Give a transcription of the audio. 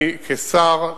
אני, כשר,